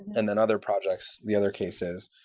and then, other projects, the other cases,